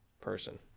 person